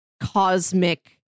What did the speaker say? cosmic